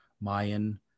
Mayan